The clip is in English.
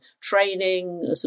training